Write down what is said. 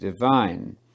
divine